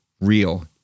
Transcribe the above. real